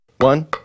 One